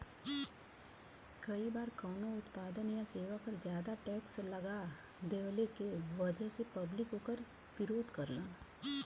कई बार कउनो उत्पाद या सेवा पर जादा टैक्स लगा देहले क वजह से पब्लिक वोकर विरोध करलन